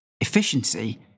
Efficiency